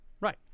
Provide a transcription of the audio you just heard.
Right